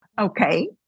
Okay